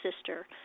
sister